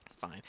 Fine